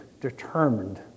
determined